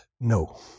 No